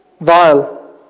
Vile